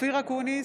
אופיר אקוניס,